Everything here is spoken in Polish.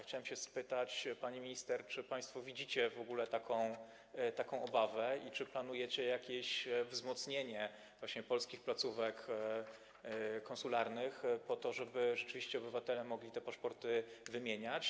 Chciałem spytać pani minister, czy państwo widzicie w ogóle, że jest taka obawa, i czy planujecie jakieś wzmocnienie właśnie polskich placówek konsularnych po to, żeby rzeczywiście obywatele mogli te paszporty wymieniać.